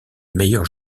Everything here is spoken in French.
meilleurs